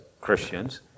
Christians